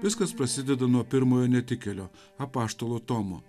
viskas prasideda nuo pirmojo netikėlio apaštalo tomo